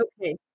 Okay